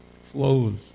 flows